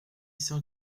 cent